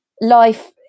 life